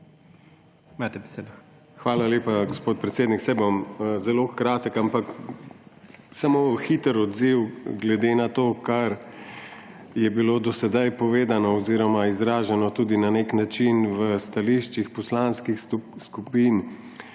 Hvala lepa, gospod predsednik. Saj bom zelo kratek, ampak samo hiter odziv glede na to, kar je bilo do sedaj povedano oziroma izraženo tudi na nek način v stališčih poslanskih skupin.